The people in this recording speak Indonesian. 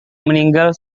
meninggal